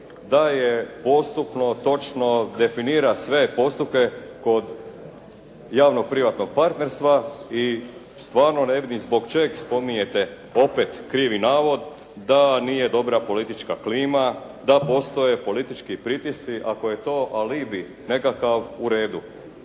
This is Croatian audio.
daje postupno točno definira sve postupke kod javno privatnog partnerstva i stvarno ne vidim zbog čega spominjete opet krivi navod, da nije dobra politička klima, da postoje politički pritisci, ako je to alibi nekakav uredu.